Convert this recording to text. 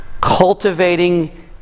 cultivating